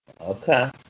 Okay